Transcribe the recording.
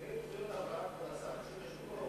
ברשות אדוני השר,